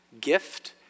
gift